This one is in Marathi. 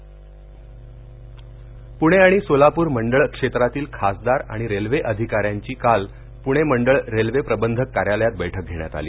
मध्य रेल्वे पूणे आणि सोलापूर मंडळ क्षेत्रातील खासदार आणि रेल्वे अधिकाऱ्याची काल पूणे मंडळ रेल्वे प्रबंधक कार्यालयात बैठक घेण्यात आली